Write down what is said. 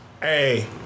hey